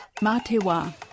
Matewa